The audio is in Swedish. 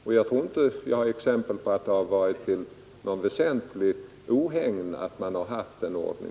Jag har heller inte sett något exempel på att det varit till något väsentligt ohägn att vi har denna ordning.